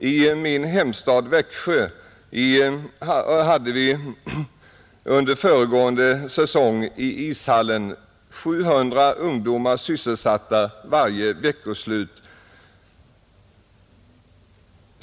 I min hemstad Växjö hade vi under föregående säsong i ishallen 700 ungdomar sysselsatta varje veckoslut.